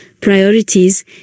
priorities